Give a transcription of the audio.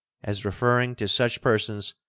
as referring to such persons,